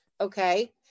Okay